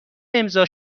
امضا